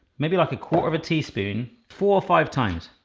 maybe like a quarter of a teaspoon, four or five times.